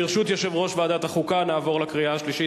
ברשות יושב-ראש ועדת החוקה, נעבור לקריאה שלישית.